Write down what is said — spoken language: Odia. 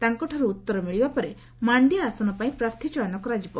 ତାଙ୍କଠାରୁ ଉତ୍ତର ମିଳିଲା ପରେ ମାଣ୍ଡ୍ୟା ଆସନ ପାଇଁ ପ୍ରାର୍ଥୀ ଚୟନ କରାଯିବ